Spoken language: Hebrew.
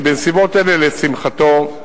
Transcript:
בנסיבות אלה, לשמחתו,